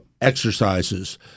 exercises